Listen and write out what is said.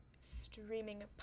streaming